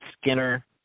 Skinner